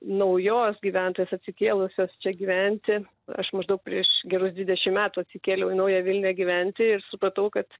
naujos gyventojos atsikėlusios čia gyventi aš maždaug prieš gerus dvidešim metų atsikėliau į naują vilnią gyventi ir supratau kad